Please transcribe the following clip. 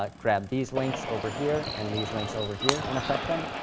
ah grab these links over here, and these links over here, and affect them,